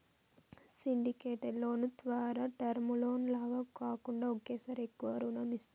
syndicated loan ద్వారా term loan లాగా కాకుండా ఒకేసారి ఎక్కువ రుణం ఇస్తారు